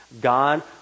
God